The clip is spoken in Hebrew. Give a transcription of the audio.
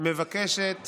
מבקשת